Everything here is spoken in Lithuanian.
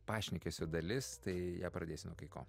pašnekesio dalis tai ją pradėsiu nuo kai ko